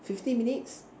fifty minutes